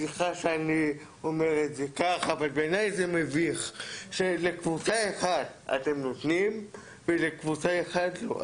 סליחה שאני אומר את זה כך שלקבוצה אחת אתם נותנים ולקבוצה שנייה לא.